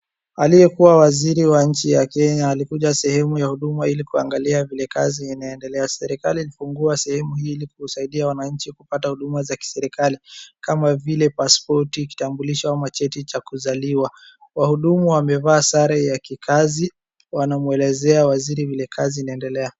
Aliyekuwa waziri wa nchi ya Kenya alikuja sehemu ya huduma ili kuangalia vile kazi inaendelea. Serikali ilifungua sehemu hii ili kusaidia wanachi kupata huduma za kiserikali kama vile pasipoti, kitambulisho ama cheti cha kuzaliwa. Wahudumu wamevaa sare ya kikazi wanamuelezea waziri vile kazi inaendelea.